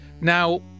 Now